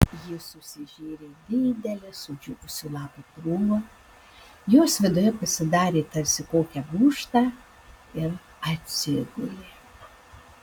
ji susižėrė didelę sudžiūvusių lapų krūvą jos viduje pasidarė tarsi kokią gūžtą ir atsigulė